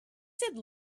said